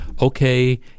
okay